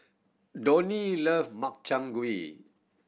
Donny love Makchang Gui